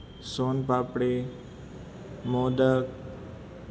સોન papdi modak